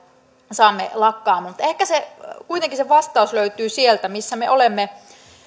saamme lakkaamaan mutta ehkä kuitenkin se vastaus löytyy sieltä missä me olemme